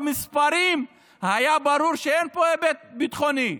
במספרים היה ברור שאין פה היבט ביטחוני,